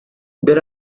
there